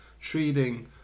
treating